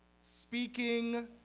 speaking